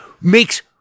makes